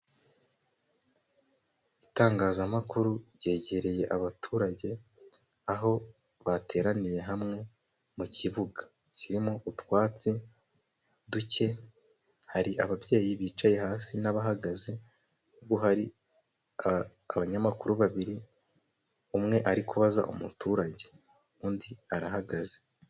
Itangazamakuru ryegereye abaturage, aho bateraniye hamwe mu kibuga kirimo utwatsi duke, hari ababyeyi bicaye hasi n'abahagaze, hari abanyamakuru babiri umwe ari kubaza umuturage undi arahagaze.